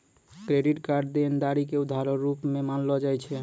credit द्वारा देनदारी के उधारो रूप मे मानलो जाय छै